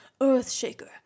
Earthshaker